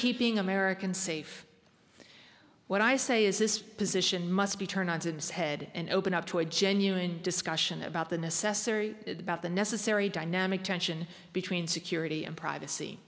keeping americans safe what i say is this position must be turned on since head and open up to a genuine discussion about the necessity of the necessary dynamic tension between security and privacy